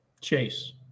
Chase